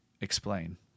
explain